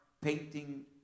painting